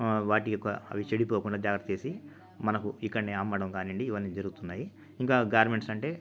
వాటి యొక్క అవి చెడిపోకుండా జాగ్రత్త చేసి మనకు ఇక్కడనే అమ్మడం కానీయండి జరుగుతున్నాయి ఇంకా గార్మెంట్స్ అంటే